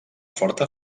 forta